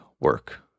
work